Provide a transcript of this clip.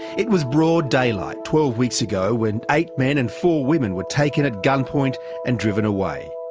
it was broad daylight, twelve weeks ago, when eight men and four women were taken at gunpoint and driven away.